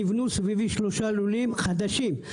נבנו סביבי שלושה לולים חדשים,